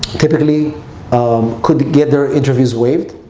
typically um could get their interviews waived.